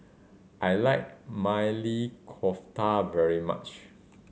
I like Maili Kofta very much